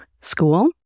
school